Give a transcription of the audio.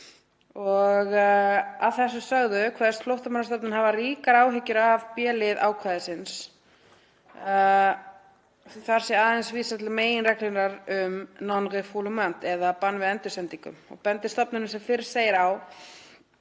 Að þessu sögðu kveðst Flóttamannastofnun hafa ríkar áhyggjur af b-lið ákvæðisins því þar sé aðeins vísað til meginreglunnar um „non-refoulment“ eða banni við endursendingum.